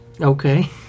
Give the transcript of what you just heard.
Okay